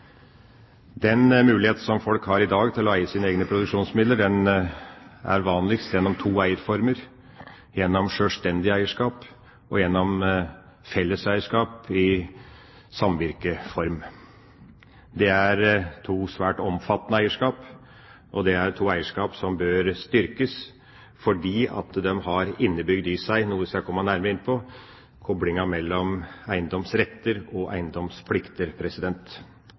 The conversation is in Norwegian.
Den muligheten som folk har i dag til å eie sine egne produksjonsmidler, er vanligst gjennom to eierformer: gjennom sjølstendig eierskap og gjennom felleseierskap i samvirkeform. Det er to svært omfattende eierskap, og det er to eierskap som bør styrkes fordi de har innebygd i seg – noe jeg skal komme nærmere inn på – koblingen mellom eiendomsretter og eiendomsplikter.